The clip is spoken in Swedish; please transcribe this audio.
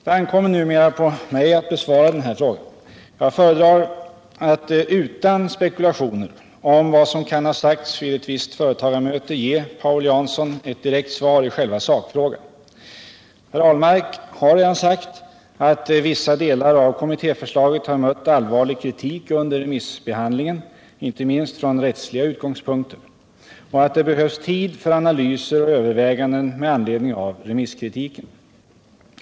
Det ankommer numera på mig att besvara den frågan. Jag föredrar att utan spekulationer om vad som kan ha sagts vid ett visst företagarmöte ge Paul Jansson ett direkt svar i själva sakfrågan. Per Ahlmark har redan sagt att vissa delar av kommittéförslaget har mött allvarlig kritik under remissbehandlingen, inte minst från rättsliga utgångspunkter, och att det behövs tid för analyser och överväganden med anledning av remisskritiken.